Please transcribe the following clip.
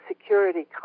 security